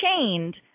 chained